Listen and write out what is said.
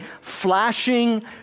flashing